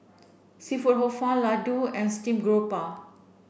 Seafood Hor Fun Laddu and steam grouper